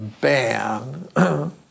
ban